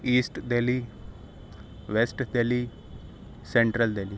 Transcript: asset Delhi West Delhi Central Delhi